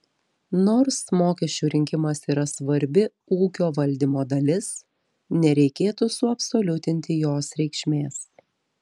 nors mokesčių rinkimas yra svarbi ūkio valdymo dalis nereikėtų suabsoliutinti jos reikšmės